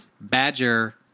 Badger